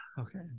Okay